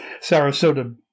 Sarasota